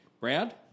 Brad